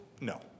no